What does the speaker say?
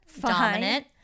Dominant